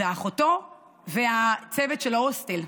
זו אחותו והצוות של ההוסטל.